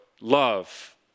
love